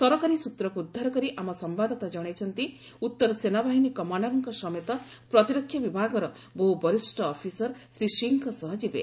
ସରକାରୀ ସୂତ୍ରକୁ ଉଦ୍ଧାର କରି ଆମ ସମ୍ଭାଦଦାତା ଜଣାଇଛନ୍ତି ଉତ୍ତର ସେନାବାହିନୀ କମାଣ୍ଡରଙ୍କ ସମେତ ପ୍ରତିରକ୍ଷା ବିଭାଗର ବହୁ ବରିଷ୍ଠ ଅଫିସର ଶ୍ରୀ ସିଂହଙ୍କ ସହ ଯିବେ